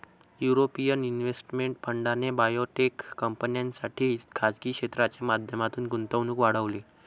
European investment फंडाने biotech कंपन्यांसाठी खासगी क्षेत्राच्या माध्यमातून गुंतवणूक वाढवली